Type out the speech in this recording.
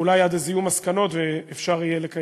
אולי עד אז יהיו מסקנות ויהיה אפשר לקיים